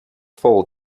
full